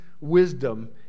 wisdom